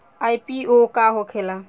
IPO का होखेला?